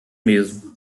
mesmo